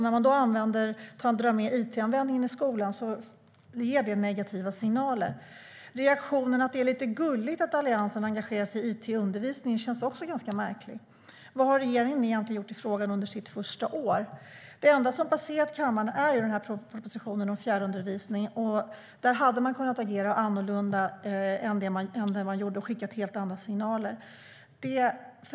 När man då drar med it-användningen i skolan ger det negativa signaler. Reaktionen att det är lite gulligt att Alliansen engagerar sig i it i undervisningen känns också ganska märklig. Vad har regeringen egentligen gjort i frågan under sitt första år? Det enda som har passerat kammaren är propositionen om fjärrundervisning. Där hade man kunnat agera annorlunda än man gjorde och skickat helt andra signaler.